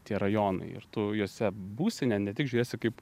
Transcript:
tie rajonai ir tu juose būsi ne ne tik žiūrėsi kaip